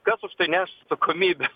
kas už tai neš atsakomybę